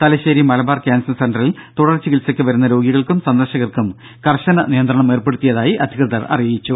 Thalassery Malabar cancer സെന്ററിൽ തുടർ ചികിത്സയ്ക്ക് വരുന്ന രോഗികൾക്കും സന്ദർശകർക്കും കർശന നിയന്ത്രണം ഏർപ്പെടുത്തിയതായി അധികൃതർ അറിയിച്ചു